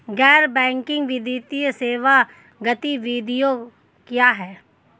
गैर बैंकिंग वित्तीय सेवा गतिविधियाँ क्या हैं?